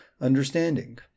understanding